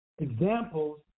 examples